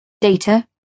Data